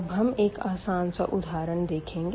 अब हम एक आसान सा उदाहरण देखेंगे